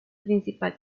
principal